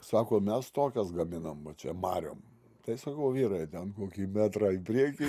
sako mes tokias gaminam va čia mariom tai sakau vyrai ten kokį metrą į priekį